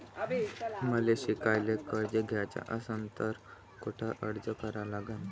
मले शिकायले कर्ज घ्याच असन तर कुठ अर्ज करा लागन?